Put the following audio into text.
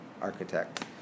architect